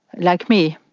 like me,